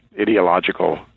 ideological